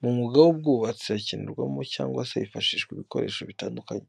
Mu mwuga w'ubwubatsi hakenerwamo cyangwa se hifashisha ibikoresho bitandukanye.